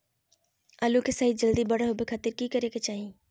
आलू के साइज जल्दी बड़ा होबे खातिर की करे के चाही?